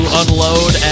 unload